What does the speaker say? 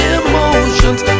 emotions